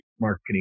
marketing